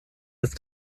ist